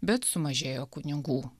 bet sumažėjo kunigų